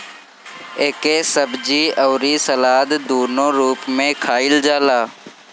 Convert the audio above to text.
एके सब्जी अउरी सलाद दूनो रूप में खाईल जाला